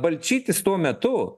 balčytis tuo metu